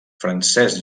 francesc